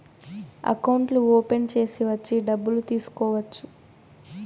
అకౌంట్లు ఓపెన్ చేసి వచ్చి డబ్బులు తీసుకోవచ్చు